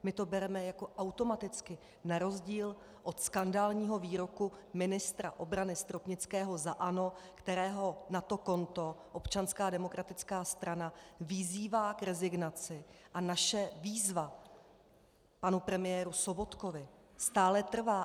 My to bereme jako automaticky na rozdíl od skandálního výroku ministra obrany Stropnického za ANO, kterého na to konto Občanská demokratická strana vyzývá k rezignaci, a naše výzva panu premiéru Sobotkovi stále trvá.